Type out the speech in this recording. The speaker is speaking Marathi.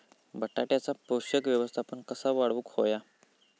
बटाट्याचा पोषक व्यवस्थापन कसा वाढवुक होया?